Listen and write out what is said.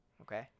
Okay